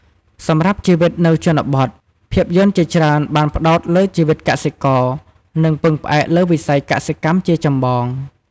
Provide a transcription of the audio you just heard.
សម្រាប់ជីវិតនៅជនបទ ភាពយន្តជាច្រើនបានផ្តោតលើជីវិតកសិករ ដែលពឹងផ្អែកលើវិស័យកសិកម្មជាចម្បង ។